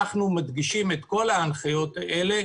אנחנו מדגישים את כל ההנחיות האלה,